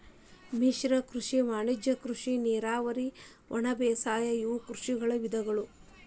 ಮಿಶ್ರ ಕೃಷಿ ವಾಣಿಜ್ಯ ಕೃಷಿ ನೇರಾವರಿ ಒಣಬೇಸಾಯ ಇವು ಕೃಷಿಯ ವಿಧಗಳು